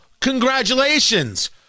congratulations